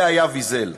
זה היה ויזל.